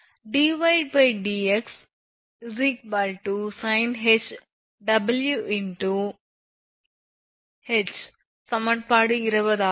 𝑑𝑦𝑑𝑥sinh𝑊𝑥𝐻 சமன்பாடு 20 ஆகும்